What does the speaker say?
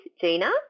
Gina